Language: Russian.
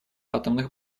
атомных